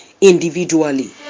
individually